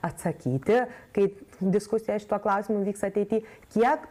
atsakyti kaip diskusija šituo klausimu vyks ateity kiek